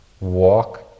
Walk